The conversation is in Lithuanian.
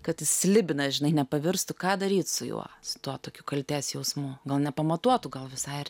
kad į slibiną žinai nepavirstų ką daryt su juo su tuo tokiu kaltės jausmu gal nepamatuotu gal visai ir